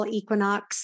equinox